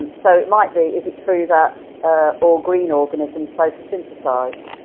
so it might be is it true that all green organisms photosynthesize?